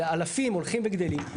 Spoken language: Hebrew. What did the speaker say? אלפים הולכים וגדלים,